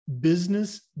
Business